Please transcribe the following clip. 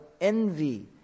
envy